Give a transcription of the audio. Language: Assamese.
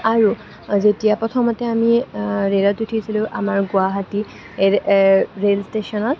আৰু যেতিয়া প্ৰথমতে আমি ৰে'লত উঠিছিলোঁ আমাৰ গুৱাহাটী ৰে'ল ষ্টেচনত